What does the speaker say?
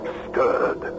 stirred